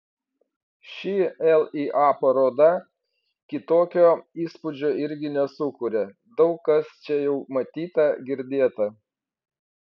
ši lya paroda kitokio įspūdžio irgi nesukuria daug kas čia jau matyta girdėta